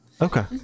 Okay